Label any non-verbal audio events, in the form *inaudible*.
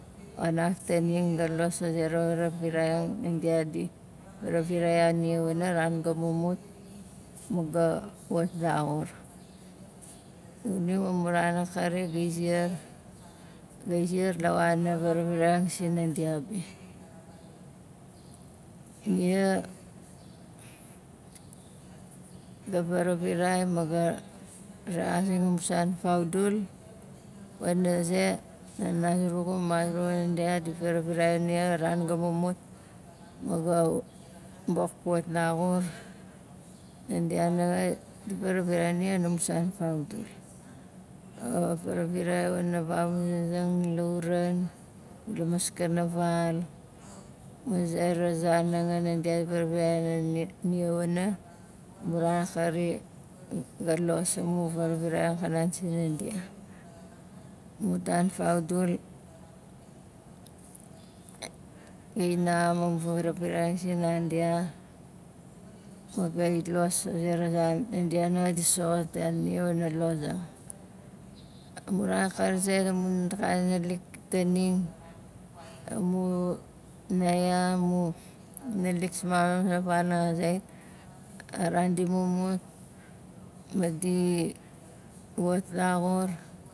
Xanaf taning ga los a zera varaviraiang nandia di varavirai ya nia wana ran ga mumut ma ga wat laxur xuning ma mu ran akari gai ziar gai ziar wana varaviraiang sinandia be nia ga varavirai ma ga rexazing amu san faudul wana ze nana zurugu, mama zurugu nandia di varavirai nia la ran ga mumut ma ga wa bok puat laxur nandia nanga di varavirai nia la mu san faudul *hesitation* a varavirai wana vamuzazang lauran, kula maskana val, ma zera zan hanga handia varaviraiang ni- nia wana amu ran akari ga los amu varavirai akanan sinandia amu tan faudul gai naxam amu varavirai sinandia kait gai los a zera zan nandia nanga di soxot ya nia wana lozang amu ran akari zait amun kana naalik taning amu naya, mu naalik simam la *unintelligible* a ran mumut madi wat laxur